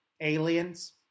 aliens